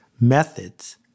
methods